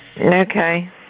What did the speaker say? Okay